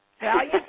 Value